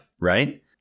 right